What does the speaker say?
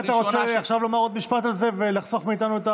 אם אתה רוצה עכשיו לומר עוד משפט על זה ולחסוך מאיתנו,